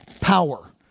power